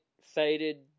faded